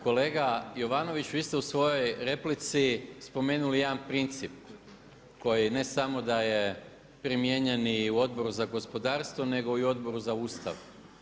Kolega Jovanoviću vi ste u svojoj replici spomenuli jedan princip koji ne samo da je primijenjeni u Odboru za gospodarstvo nego i u Odboru za Ustav.